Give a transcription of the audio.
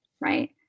right